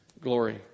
glory